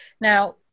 Now